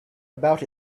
about